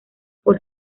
por